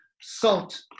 salt